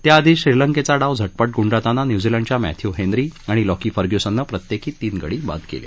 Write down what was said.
त्याआधी श्रीलंकेचा डाव झटपट गुंडाळताना न्यूझीलंडच्या मॅथ्यु हेन्नी आणि लॉकी फर्ग्युसननं प्रत्येकी तीन गडी बाद केले